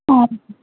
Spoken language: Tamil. ஆ